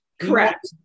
Correct